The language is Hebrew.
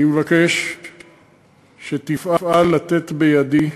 אני מבקש שתפעל לתת בידי,